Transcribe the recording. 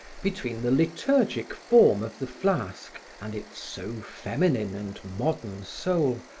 between the liturgic form of the flask and its so feminine and modern soul,